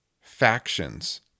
factions